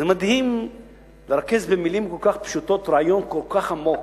זה מדהים לרכז במלים כל כך פשוטות רעיון כל כך עמוק.